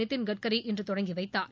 நிதின்கட்கரி இன்று தொடங்கி வைத்தார்